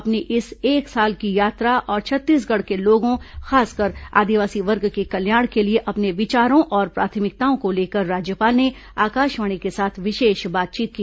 अपनी इस एक साल की यात्रा और छत्तीसगढ़ के लोगों खासकर आदिवासी वर्ग के कल्याण के लिए अपने विचारों और प्राथमिकताओं को लेकर राज्यपाल ने आकाशवाणी के साथ विशेष बातचीत की